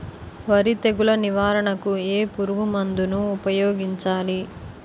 వరి తెగుల నివారణకు ఏ పురుగు మందు ను ఊపాయోగించలి?